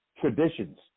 traditions